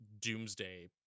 doomsday